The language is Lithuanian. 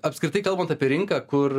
apskritai kalbant apie rinką kur